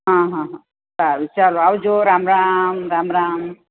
હં હં હં સારું ચાલો આવજો રામ રામ રામ રામ